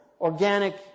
organic